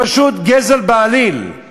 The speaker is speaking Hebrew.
פשוט גזל בעליל.